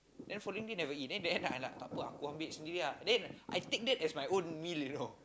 then following day never eat then end up I tak apa aku ambil sendiri ah then I take that as my own meal you know